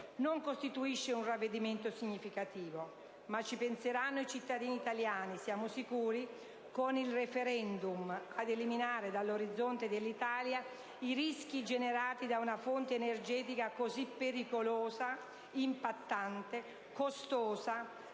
non costituisce un ravvedimento significativo. Ma ci penseranno i cittadini italiani, siamo sicuri, con il *referendum*, ad eliminare dall'orizzonte dell'Italia i rischi generati da una fonte energetica così pericolosa, impattante, costosa,